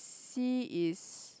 C is